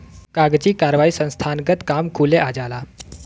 कागजी कारवाही संस्थानगत काम कुले आ जाला